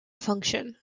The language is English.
function